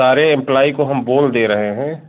सारे इम्प्लाई को हम बोल दे रहे हैं